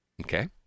Okay